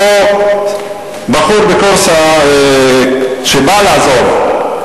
אותו בחור בקורס שבא לעזור,